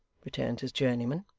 returned his journeyman,